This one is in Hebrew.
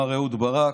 מר אהוד ברק.